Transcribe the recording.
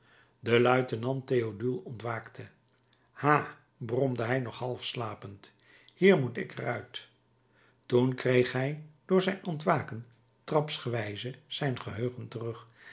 de luitenant théodule ontwaakte ha bromde hij nog half slapend hier moet ik er uit toen kreeg hij door zijn ontwaken trapsgewijze zijn geheugen terug